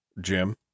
jim